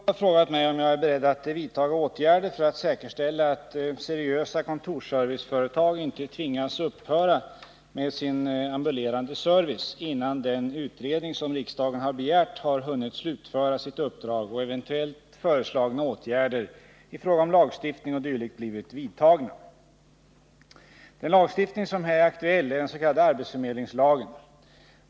Herr talman! Rune Torwald har frågat mig om jag är beredd att vidtaga åtgärder för att säkerställa att seriösa kontorsserviceföretag inte tvingas upphöra med sin ambulerande service innan den utredning som riksdagen har begärt har hunnit slutföra sitt uppdrag och eventuellt föreslagna åtgärder i fråga om lagstiftning o. d. blivit vidtagna. Den lagstiftning som här är aktuell är den s.k. arbetsförmedlingslagen.